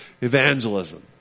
evangelism